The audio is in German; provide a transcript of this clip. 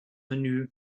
menü